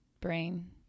brain